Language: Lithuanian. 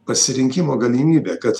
pasirinkimo galimybę kad